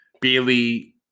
Bailey